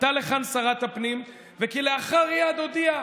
עלתה לכאן שרת הפנים, וכלאחר יד הודיעה: